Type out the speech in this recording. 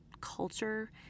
culture